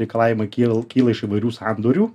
reikalavimai kyl kyla iš įvairių sandorių